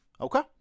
Okay